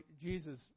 Jesus